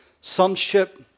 sonship